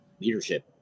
leadership